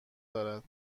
دارد